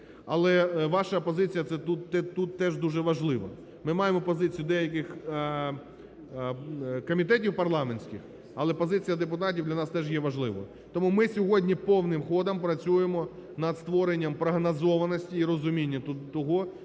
але ваша позиція це тут дуже важливо. Ми маємо позицію деяких комітетів парламентських, але позиція депутатів для нас теж є важливою. Тому ми сьогодні повним ходом працюємо над створенням прогнозованості і розуміння того,